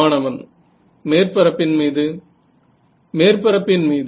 மாணவன் மேற்பரப்பின் மீது மேற்பரப்பின் மீது